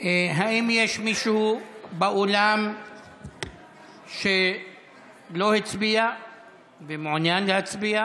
האם יש מישהו באולם שלא הצביע ומעוניין להצביע?